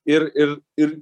ir ir ir